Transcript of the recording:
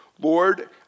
Lord